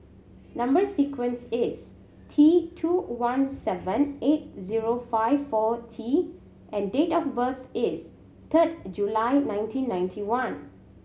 number sequence is T two one seven eight zero five four T and date of birth is third July nineteen ninety one